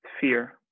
fear